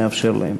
ונאפשר להם.